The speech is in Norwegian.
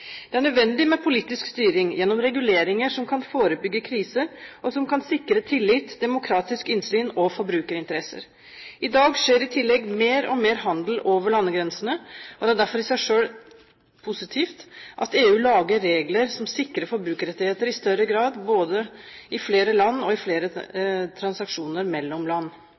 Det er nødvendig med politisk styring gjennom reguleringer som kan forebygge krise, og som kan sikre tillit, demokratisk innsyn og forbrukerinteresser. I dag skjer det i tillegg mer og mer handel over landegrensene. Det er derfor i seg selv positivt at EU lager regler som sikrer forbrukerrettigheter i større grad, både i flere land og i flere transaksjoner mellom land.